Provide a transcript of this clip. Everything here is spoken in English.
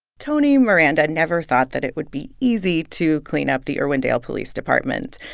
tony miranda never thought that it would be easy to clean up the irwindale police department.